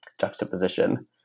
juxtaposition